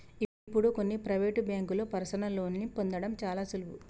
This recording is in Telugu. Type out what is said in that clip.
ఇప్పుడు కొన్ని ప్రవేటు బ్యేంకుల్లో పర్సనల్ లోన్ని పొందడం చాలా సులువు